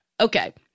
Okay